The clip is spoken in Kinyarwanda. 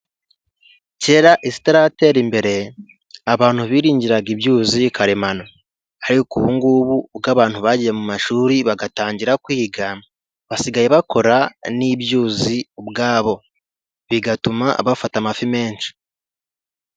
Kera isi taratera imbere, abantu biringiraga ibyuzi karemano, ariko ubungubu ubwo abantu bagiye mu mashuri, bagatangira kwiga, basigaye bakora n'ibyuzi ubwabo, bigatuma bafata amafi menshi.